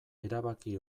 erabaki